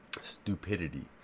stupidity